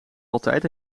altijd